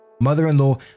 mother-in-law